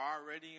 already